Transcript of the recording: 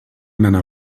nana